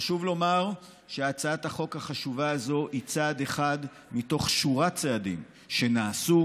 חשוב לומר שהצעת החוק החשובה הזאת היא צעד אחד מתוך שורת צעדים שנעשו,